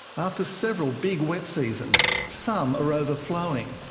after several big wet seasons, some are overflowing,